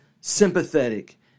sympathetic